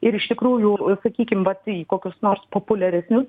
ir iš tikrųjų sakykim vat į kokius nors populiaresnius